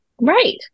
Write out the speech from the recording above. Right